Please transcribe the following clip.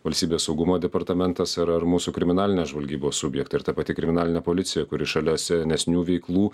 valstybės saugumo departamentas ar ar mūsų kriminalinė žvalgybos subjektai ir ta pati kriminalinė policija kuri šalia senesnių veiklų